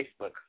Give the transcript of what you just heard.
Facebook